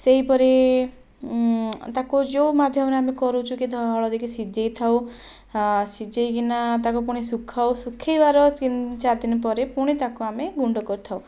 ସେହିପରି ତାକୁ ଯେଉଁ ମାଧ୍ୟମରେ କରୁଛୁ ହଳଦୀକି ସିଝେଇଥାଉ ସିଝେଇକି ନା ତାକୁ ପୁଣି ଶୁଖାଉ ଶୁଖେଇବାର ତିନି ଚାରିଦିନ ପରେ ପୁଣି ତାକୁ ଆମେ ଗୁଣ୍ଡ କରିଥାଉ